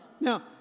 Now